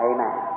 Amen